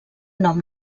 nom